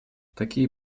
такие